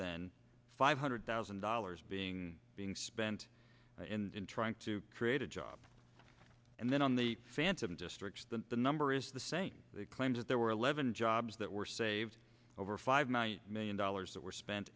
than five hundred thousand dollars being being spent in trying to create a job and then on the phantom districts than the number is the same claims that there were eleven jobs that were saved over five million million dollars that were spent